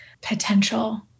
potential